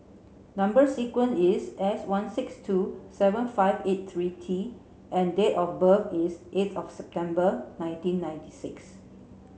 number sequence is S one six two seven five eight three T and date of birth is eighth of September nineteen ninety six